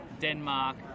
Denmark